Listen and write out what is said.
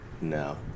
No